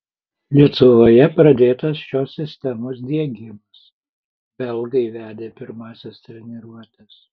lietuvoje pradėtas šios sistemos diegimas belgai vedė pirmąsias treniruotes